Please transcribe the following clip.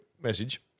message